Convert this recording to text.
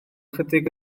ychydig